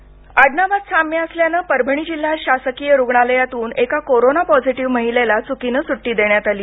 परभणी आडनावात साम्य असल्यानं परभणी जिल्हा शासकीय रुग्णालयातून एका कोरोना पॉझीटीव्ह महिलेला चूकीने सुट्टी देण्यात आली